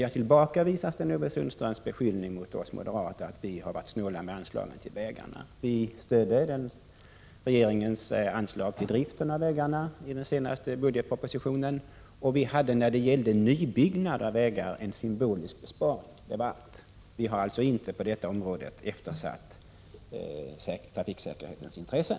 Jag tillbakavisar dock Sten-Ove Sundströms beskyllning mot oss moderater, att vi har varit snåla med anslagen till vägarna. Vi stödde faktiskt regeringens anslag till driften av vägarna i den senaste budgetpropositionen, och när det gäller nybyggnad av vägar hade vi en symbolisk besparing — det var allt. Vi har alltså inte på detta område eftersatt trafiksäkerhetens intressen.